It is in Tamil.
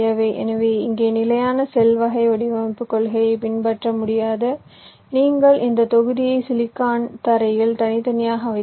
எனவே இங்கே நிலையான செல் வகை வடிவமைப்புக் கொள்கையை பின்பற்ற முடியாது நீங்கள் இந்த தொகுதியை சிலிக்கான் தரையில் தனித்தனியாக வைக்க வேண்டும்